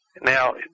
Now